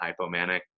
hypomanic